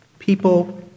people